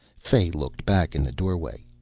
fay looked back in the doorway.